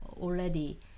already